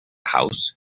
house